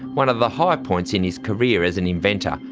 one of the high points in his career as an inventor,